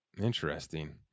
Interesting